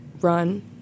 run